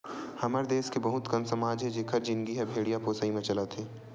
हमर देस के बहुत कन समाज हे जिखर जिनगी ह भेड़िया पोसई म चलत हे